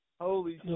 Holy